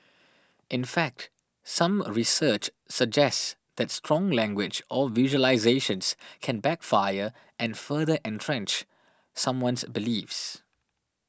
in fact some a research suggests that strong language or visualisations can backfire and further entrench someone's beliefs